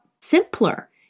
simpler